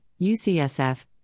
UCSF